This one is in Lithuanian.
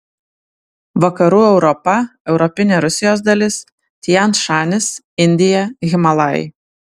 vakarų europa europinė rusijos dalis tian šanis indija himalajai